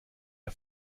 der